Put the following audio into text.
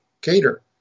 Cater